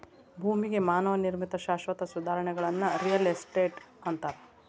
ಭೂಮಿಗೆ ಮಾನವ ನಿರ್ಮಿತ ಶಾಶ್ವತ ಸುಧಾರಣೆಗಳನ್ನ ರಿಯಲ್ ಎಸ್ಟೇಟ್ ಅಂತಾರ